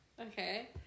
Okay